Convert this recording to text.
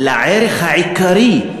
לערך העיקרי,